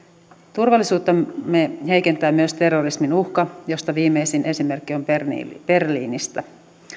turvallisuuttamme heikentää myös terrorismin uhka josta viimeisin esimerkki on berliinistä